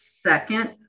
second